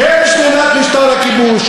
כן שלילת משטר הכיבוש,